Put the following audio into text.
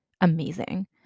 amazing